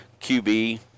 QB